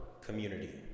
community